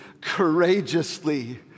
courageously